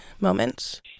moments